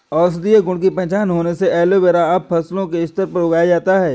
औषधीय गुण की पहचान होने से एलोवेरा अब फसलों के स्तर पर उगाया जाता है